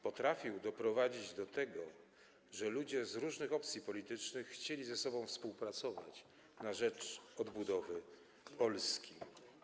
Potrafił doprowadzić do tego, że ludzie z różnych opcji politycznych chcieli ze sobą współpracować na rzecz odbudowy Polski.